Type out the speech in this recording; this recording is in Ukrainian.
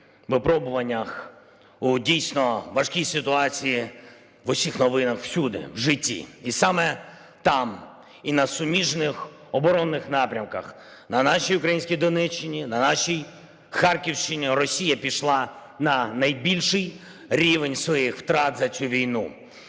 випробуваннях, у дійсно важкій ситуації, в усіх новинах, всюди в житті. І саме там, і на суміжних оборонних напрямках, на нашій українській Донеччині, на нашій Харківщині Росія пішла на найбільший рівень своїх втрат за цю війну.